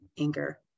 anger